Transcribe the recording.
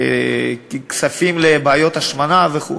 כספים לבעיות השמנה וכו'.